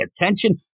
attention